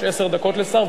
יש עשר דקות לשר,